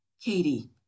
Katie